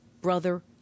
brother